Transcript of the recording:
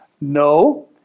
No